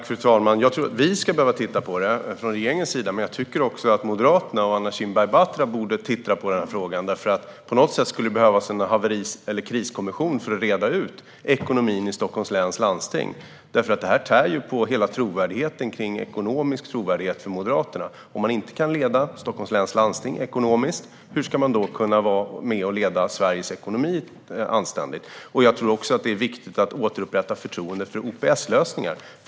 Fru talman! Regeringen behöver titta på frågan, men jag tycker också att Moderaterna och Anna Kinberg Batra borde titta på frågan. På något sätt behövs det en kriskommission för att reda ut ekonomin i Stockholms läns landsting. Det här tär på hela den ekonomiska trovärdigheten för Moderaterna. Om man inte kan leda Stockholms läns landsting i ekonomiska frågor hur kan man då vara med och leda Sveriges ekonomi på ett anständigt sätt? Det är också viktigt att återupprätta förtroendet för OPS-lösningar.